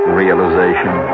realization